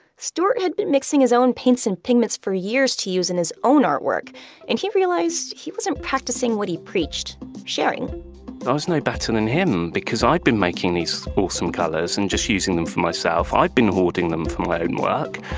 stuart had been mixing his own paints and pigments for years to use in his own artwork and he realized he wasn't practicing what he preached sharing i was no better than him because i'd been making these awesome colors and just using them for myself. i've been hoarding them for my own work.